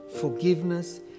forgiveness